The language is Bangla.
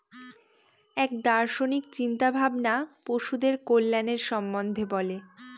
এক দার্শনিক চিন্তা ভাবনা পশুদের কল্যাণের সম্বন্ধে বলে